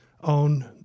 on